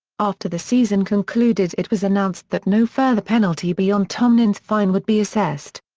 after the season concluded it was announced that no further penalty beyond tomlin's fine would be assessed.